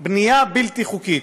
בנייה בלתי חוקית?